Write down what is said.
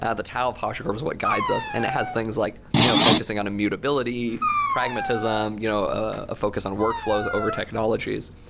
ah the tao of hashicorp is what guides as and it has things like you know focusing on immutability, pragmatism, you know a focus on workflows over technologies.